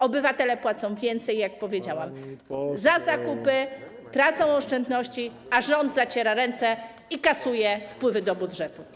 Obywatele płacą więcej, jak powiedziałam, za zakupy, tracą oszczędności, a rząd zaciera ręce i kasuje wpływy do budżetu.